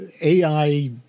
AI